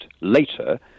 later